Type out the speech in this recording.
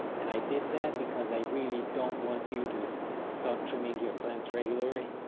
and i did that, because i really don't want you to start trimming your plants regularly.